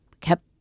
Kept